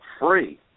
free